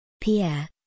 Pierre